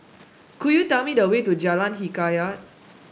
could you tell me the way to Jalan Hikayat